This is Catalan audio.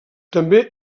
també